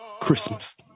Christmas